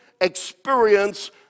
experience